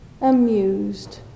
amused